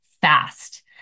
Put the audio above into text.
fast